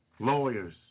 Lawyers